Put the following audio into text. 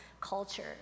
culture